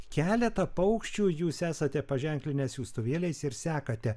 keletą paukščių jūs esate paženklinę siųstuvėliais ir sekate